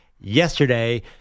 yesterday